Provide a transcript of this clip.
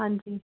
ਹਾਂਜੀ